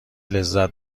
لذت